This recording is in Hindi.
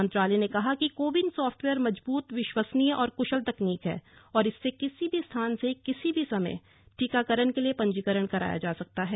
मंत्रालय ने कहा कि कोविन सॉफ्टवेयर मजबूत विश्वसनीय और कुशल तकनीक है और इससे किसी भी स्थान से किसी भी समय टीकाकरण के लिए पंजीकरण कराया जा सकता है